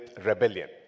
rebellion